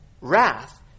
wrath